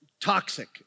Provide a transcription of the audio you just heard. toxic